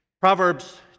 Proverbs